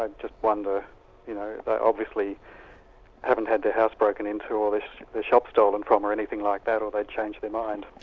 just wonder you know obviously haven't had their house broken into or their shop stolen from or anything like that, or they'd change their mind.